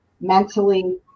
mentally